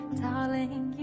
darling